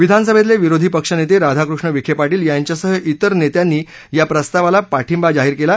विधानसभेतले विरोधी पक्षनेते राधाकृष्ण विखेपाटील यांच्यासह इतर नेत्यांनी या प्रस्तावाला पाठिंबा जाहीर केला